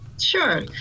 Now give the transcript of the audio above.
Sure